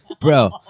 Bro